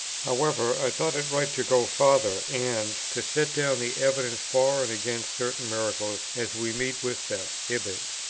however, i thought it right to go farther and to set down the evidence for and against certain miracles as we meet with them, ibid.